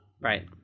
Right